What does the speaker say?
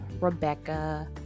Rebecca